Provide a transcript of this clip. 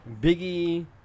biggie